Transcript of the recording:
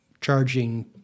charging